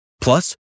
Plus